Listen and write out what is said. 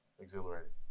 exhilarating